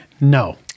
no